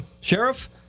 Sheriff